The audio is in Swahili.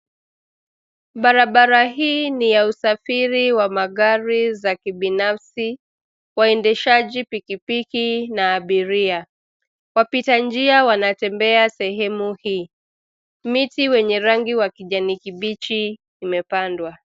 Barabara hii ni ya usafiri wa magari za kibinafsi, waendeshaji pikipiki na abiria. Wapita njia wanatembea sehemu hii. Miti wenye rangi wa kijani kibichi imepandwa.